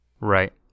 Right